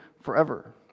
forever